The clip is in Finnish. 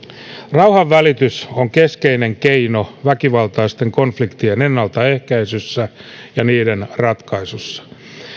rauhanvälitys on keskeinen keino väkivaltaisten konfliktien ennaltaehkäisyssä ja niiden ratkaisussa